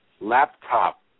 Laptop